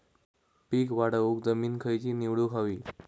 पीक वाढवूक जमीन खैची निवडुक हवी?